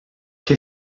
que